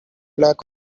lack